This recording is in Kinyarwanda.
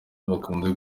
bakunze